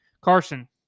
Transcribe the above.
Carson